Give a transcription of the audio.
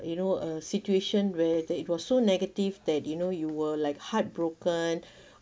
you know a situation where that it was so negative that you know you were like heartbroken